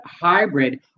hybrid